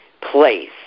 place